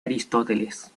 aristóteles